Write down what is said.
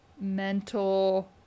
mental